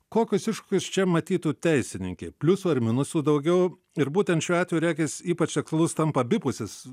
kokius iššūkius čia matytų teisininkė pliusų ar minusų daugiau ir būtent šiuo atveju regis ypač aktualus tampa abipusis